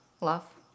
love